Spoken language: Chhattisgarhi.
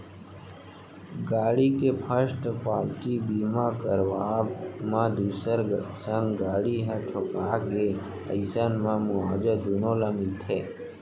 गाड़ी के फस्ट पाल्टी बीमा करवाब म दूसर संग गाड़ी ह ठोंका गे अइसन म मुवाजा दुनो ल मिलथे